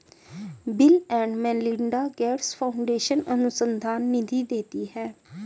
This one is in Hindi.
bill and Melinda Gates foundation अनुसंधान निधि देती है